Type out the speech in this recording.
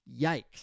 yikes